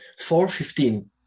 415